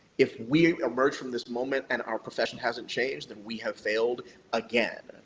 if we emerge from this moment and our profession hasn't changed, then we have failed again.